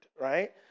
right